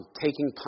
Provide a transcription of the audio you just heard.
taking